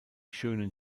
schönen